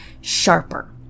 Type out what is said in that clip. sharper